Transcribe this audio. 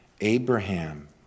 Abraham